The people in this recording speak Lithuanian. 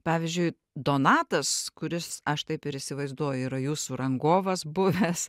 pavyzdžiui donatas kuris aš taip ir įsivaizduoju yra jūsų rangovas buvęs